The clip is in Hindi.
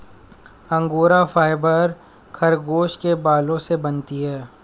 अंगोरा फाइबर खरगोश के बालों से बनती है